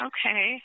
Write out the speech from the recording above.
Okay